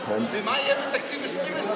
למה שיהיה בתקציב 2020,